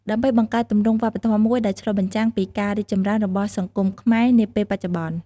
ដើម្បីបង្កើតទម្រង់វប្បធម៌មួយដែលឆ្លុះបញ្ចាំងពីការរីកចម្រើនរបស់សង្គមខ្មែរនាពេលបច្ចុប្បន្ន។